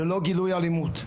ללא גילויי אלימות.